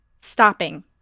stopping